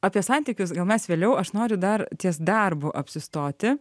apie santykius gal mes vėliau aš noriu dar ties darbu apsistoti